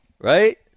right